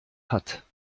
hat